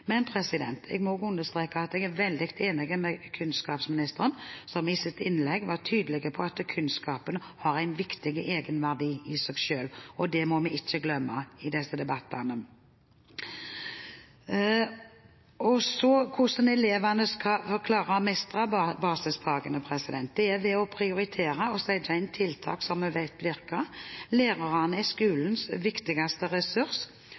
Men jeg må understreke at jeg er veldig enig med kunnskapsministeren, som i sitt innlegg var tydelig på at kunnskapen har en viktig egenverdi i seg selv. Det må vi ikke glemme i disse debattene. Hvordan skal vi få elevene til å mestre basisfagene? Det er ved å prioritere og sette inn tiltak som vi vet virker. Lærerne er skolens viktigste ressurs,